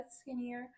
skinnier